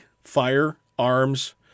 Firearms